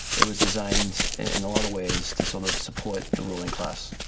it was designed, in a lot of ways to sort of support the ruling class.